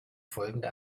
folgende